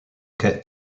quai